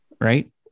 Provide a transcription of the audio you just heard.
right